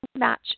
match